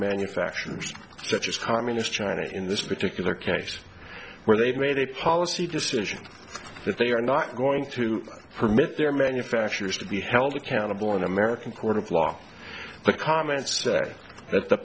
manufacturers such as communist china in this particular case where they've made a policy decision that they are not going to permit their manufacturers to be held accountable in american court of law but comments that th